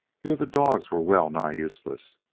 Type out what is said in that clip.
here the dogs were well-nigh useless,